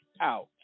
out